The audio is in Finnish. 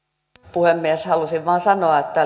puhemies halusin vain sanoa että